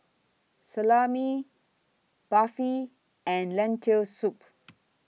Salami Barfi and Lentil Soup